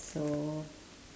so